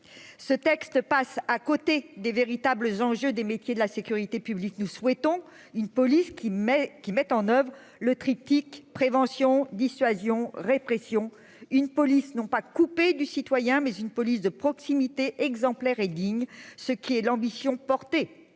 ce texte passe à côté des véritables enjeux des métiers de la sécurité publique, nous souhaitons une police qui met qui met en oeuvre le triptyque : prévention, dissuasion, répression, une police non pas coupé du citoyen mais une police de proximité exemplaire et digne, ce qui est l'ambition portée